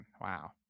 wow